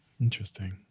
Interesting